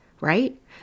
right